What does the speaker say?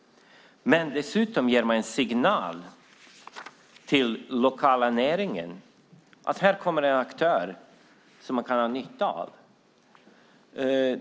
Men dessutom ger man en signal till den lokala näringen att det kommer en aktör som denna kan dra nytta av.